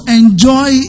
enjoy